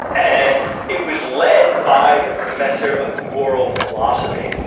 and it was led by the professor of moral philosophy,